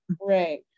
Right